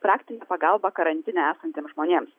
praktinę pagalbą karantine esantiems žmonėms